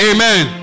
Amen